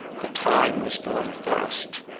the time was going fast,